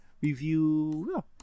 review